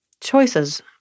choices